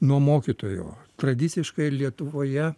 nuo mokytojo tradiciškai lietuvoje